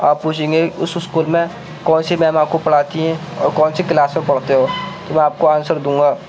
آپ پوچھیں گے اس اسکول میں کون سی میم آپ کو پڑھاتی ہیں اور کون سی کلاس میں پڑھتے ہو تو میں آپ کو آنسر دوں گا